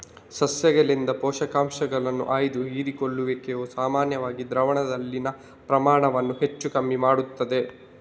ಸಸ್ಯಗಳಿಂದ ಪೋಷಕಾಂಶಗಳ ಆಯ್ದ ಹೀರಿಕೊಳ್ಳುವಿಕೆಯು ಸಾಮಾನ್ಯವಾಗಿ ದ್ರಾವಣದಲ್ಲಿನ ಪ್ರಮಾಣವನ್ನ ಹೆಚ್ಚು ಕಮ್ಮಿ ಮಾಡ್ತದೆ